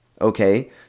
okay